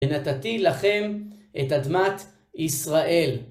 נתתי לכם את אדמת ישראל.